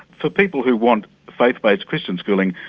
for people who want faith-based christian schooling,